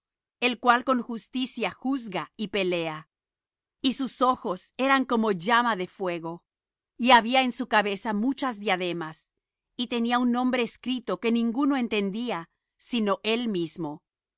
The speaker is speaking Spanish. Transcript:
el cual con justicia juzga y pelea y sus ojos eran como llama de fuego y había en su cabeza muchas diademas y tenía un nombre escrito que ninguno entendía sino él mismo y